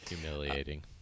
Humiliating